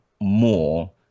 more